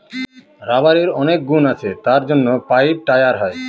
রাবারের অনেক গুণ আছে তার জন্য পাইপ, টায়ার হয়